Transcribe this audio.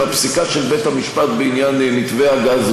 עם הפסיקה של בית-המשפט בעניין מתווה הגז,